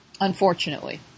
unfortunately